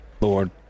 lord